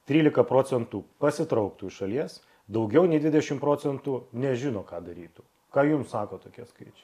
trylika procentų pasitrauktų iš šalies daugiau nei dvidešimt procentų nežino ką darytų ką jums sako tokie skaičiai